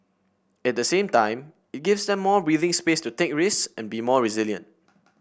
at the same time it gives them some breathing space to take risks and be more resilient